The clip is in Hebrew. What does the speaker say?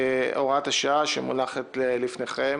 הוראת השעה שמונחת לפניכם.